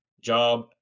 job